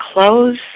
close